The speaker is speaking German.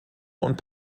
und